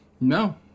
No